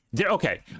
okay